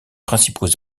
principaux